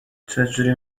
چجوری